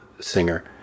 singer